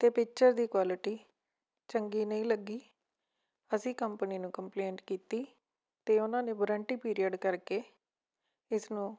ਅਤੇ ਪਿਕਚਰ ਦੀ ਕੁਆਲਿਟੀ ਚੰਗੀ ਨਹੀਂ ਲੱਗੀ ਅਸੀਂ ਕੰਪਨੀ ਨੂੰ ਕੰਪਲੇਂਟ ਕੀਤੀ ਅਤੇ ਉਹਨਾਂ ਨੇ ਵਾਰੰਟੀ ਪੀਰੀਅਡ ਕਰਕੇ ਇਸਨੂੰ